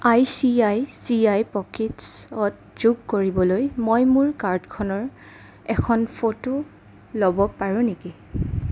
I C I C I পকেটছ্ত যোগ কৰিবলৈ মই মোৰ কাৰ্ডখনৰ এখন ফটো ল'ব পাৰোঁ নেকি